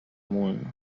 amunt